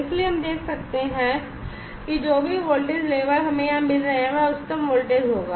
इसलिए हम देख सकते हैं कि जो भी वोल्टेज लेबल हमें यहां मिल रहा है वह उच्चतम वोल्टेज होगा